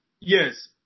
yes